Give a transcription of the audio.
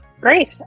great